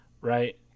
right